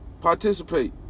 Participate